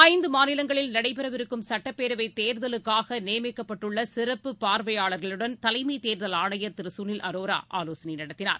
ஐந்து மாநிலங்களில் நடைபெறவிருக்கும் சட்டப்பேரவைத் தேர்தலுக்காக நியமிக்கப்பட்டுள்ள சிறப்பு பார்வையாளர்களுடன் தலைமை தேர்தல் ஆணையர் திரு சுனில் அரோரா ஆலோசனை நடத்தினார்